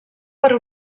per